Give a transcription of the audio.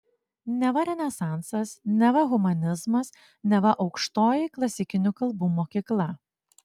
neva renesansas neva humanizmas neva aukštoji klasikinių kalbų mokykla